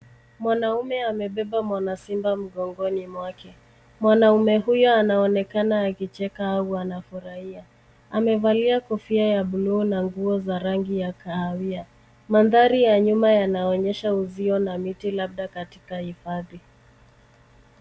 Mwanamume amebeba mwanasimba mgomgoni mwake. Mwanamume huyo anaonekana akicheka au anafurahia. Amevalia kofia ya bluu na nguo za rangi ya kahawia. Mandhari ya nyuma yanaonyesha uzio na miti labda katika hifadhi.